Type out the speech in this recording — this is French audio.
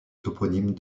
toponyme